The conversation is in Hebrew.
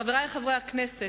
חברי חברי הכנסת,